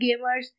gamers